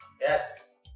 Yes